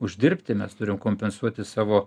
uždirbti mes turim kompensuoti savo